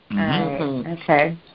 Okay